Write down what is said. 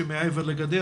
בכלל.